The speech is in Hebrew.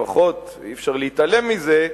לפחות אי-אפשר להתעלם מזה,